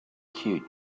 cute